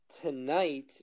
Tonight